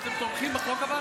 אבל אתם תומכים בחוק?